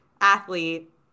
athlete